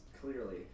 clearly